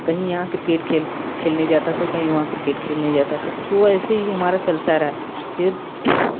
कहीं यहाँ क्रिकेट खेल खेलने जाता था कहीं वहाँ क्रिकेट खेलने जाता था तो ऐसे ही हमारा चलता रहा फिर